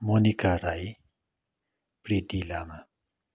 Manika Rai Priti Lama